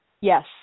yes